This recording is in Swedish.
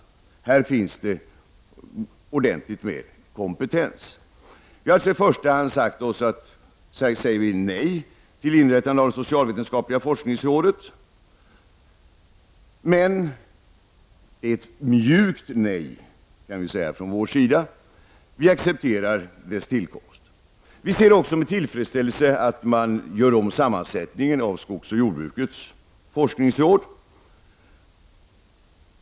Där finns det ordentlig kompetens. Vi säger nej till inrättande av socialvetenskapliga forskningsrådet, men det är ett mjukt nej från vår sida. Vi accepterar dess tillkomst. Vi ser också med tillfredsställelse att man gör om sammansättningen av skogsoch jordbrukets forskningsråd.